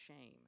shame